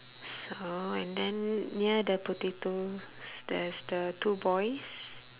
so and then near the potatoes there's the two boys